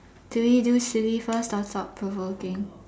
do we do silly first or thought provoking